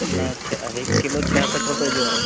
न छह हिकु कीलो छहासठि रुपये जो आहे